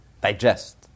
digest